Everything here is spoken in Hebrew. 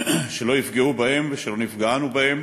שלא יפגעו בהם ושלא נפגע אנו בהם,